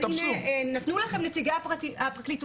אז הנה, נתנו לכם נציגי הפרקליטות.